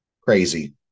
Crazy